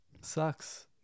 sucks